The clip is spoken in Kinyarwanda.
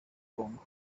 bongo